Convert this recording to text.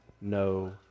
no